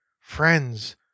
Friends